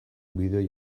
bideo